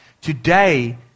today